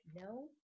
no